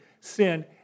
sin